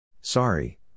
Sorry